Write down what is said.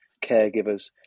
caregivers